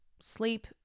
sleep